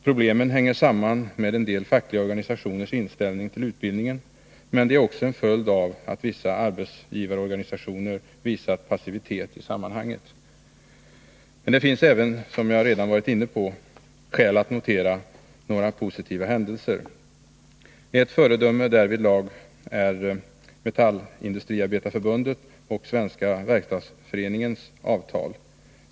Problemen hänger samman med en del fackliga organisationers inställning till utbildningen, men de är också en följd av att vissa arbetsgivarorganisationer visat passivitet i sammanhanget. Men det finns även, som jag redan varit inne på, skäl att notera några positiva händelser. Ett föredöme därvidlag är Metallindustriarbetareförbundets och Sveriges verkstadsförenings avtal.